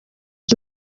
ico